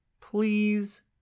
please